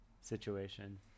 situation